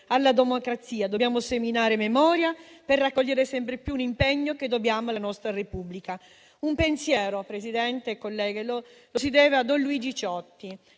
alla democrazia. Dobbiamo seminare memoria, per raccogliere sempre più un impegno, che dobbiamo alla nostra Repubblica. Un pensiero, signor Presidente e colleghi, lo si deve a don Luigi Ciotti,